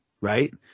right